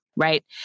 right